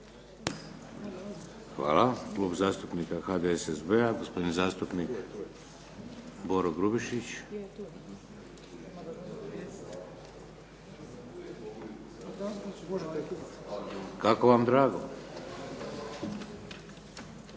(HDZ)** Hvala. Klub zastupnika HDSSB-a, gospodin zastupnik Boro Grubišić. **Grubišić,